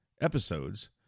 episodes